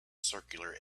circular